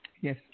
Yes